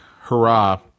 hurrah